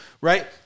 right